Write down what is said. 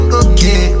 okay